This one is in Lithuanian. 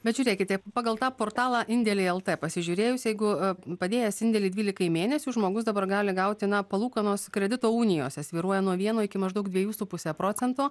bet žiūrėkite pagal tą portalą indėliai lt pasižiūrėjus jeigu padėjęs indėlį dvylikai mėnesių žmogus dabar gali gauti na palūkanos kredito unijose svyruoja nuo vieno iki maždaug dviejų su puse procento